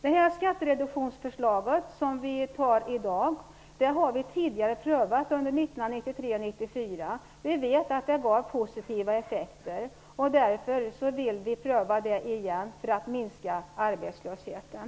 Det skattereduktionsförslag vi antar i dag har vi prövat tidigare - under 1993 och 1994. Vi vet att det gav positiva effekter. Vi vill pröva det igen för att minska arbetslösheten.